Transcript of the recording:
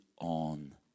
on